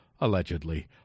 allegedly